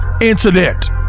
incident